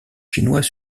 chinois